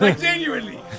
genuinely